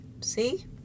See